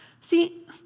See